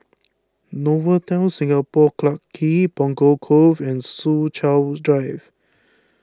Novotel Singapore Clarke Quay Punggol Cove and Soo Chow Drive